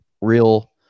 real